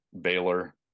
Baylor